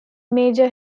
major